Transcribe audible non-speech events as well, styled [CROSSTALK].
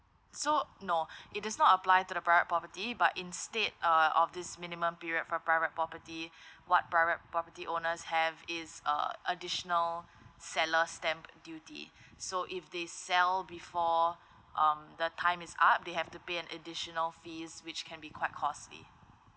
so no [BREATH] it does not apply to the private property but instead uh of this minimum period for private property [BREATH] what private property owners have is uh additional seller stamp duty so if they sell before um the time is up they have to pay an additional fees which can be quite costly